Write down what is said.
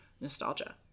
nostalgia